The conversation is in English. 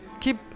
keep